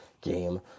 game